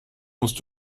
musst